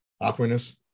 awkwardness